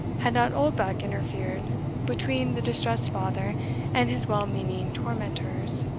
had not oldbuck interfered between the distressed father and his well-meaning tormentors,